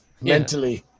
Mentally